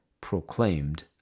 proclaimed